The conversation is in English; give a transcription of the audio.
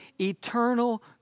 eternal